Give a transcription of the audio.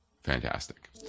Fantastic